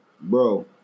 bro